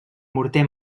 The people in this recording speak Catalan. morter